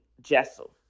jessel